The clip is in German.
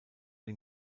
den